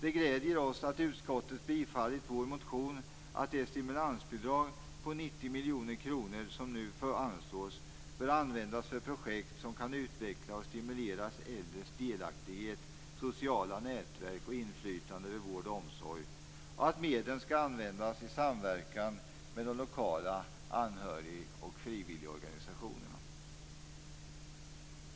Det gläder oss att utskottet har tillstyrkt vår motion och således att det stimulansbidrag på 90 miljoner kronor som nu anslås bör användas för projekt som kan utveckla och stimulera de äldres delaktighet, sociala nätverk och inflytande över vård och omsorg, liksom att medlen skall användas i samverkan med de lokala anhörig och frivilligorganisationerna.